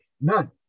none